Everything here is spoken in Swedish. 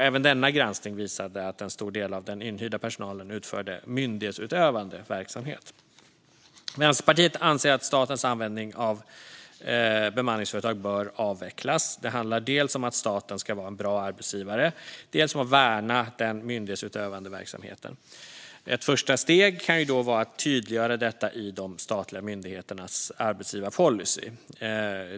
Även denna granskning visade att en stor del av den inhyrda personalen utförde myndighetsutövande verksamhet. Vänsterpartiet anser att statens användning av bemanningsföretag bör avvecklas. Det handlar dels om att staten ska vara en bra arbetsgivare, dels om att värna den myndighetsutövande verksamheten. Ett första steg kan vara att tydliggöra detta i de statliga myndigheternas arbetsgivarpolicy.